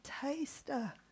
taster